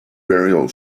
burial